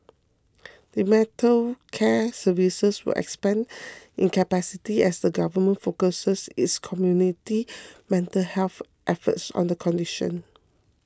dementia care services will expand in capacity as the Government focuses its community mental health efforts on the condition